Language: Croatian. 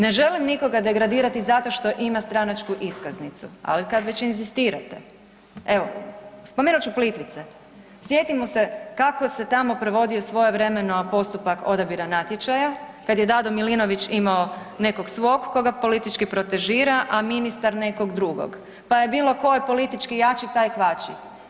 Ne želim nikoga degradirati zato što ima stranačku iskaznicu, ali kad već inzistirate evo spomenut ću Plitvice, sjetimo se kako se tamo provodio svojevremeno postupak odabira natječaja kad je Dado Milinović imao nekog svog koga politički protežira, a ministar nekog drugog, pa je bilo tko je politički jači taj kvači.